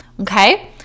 Okay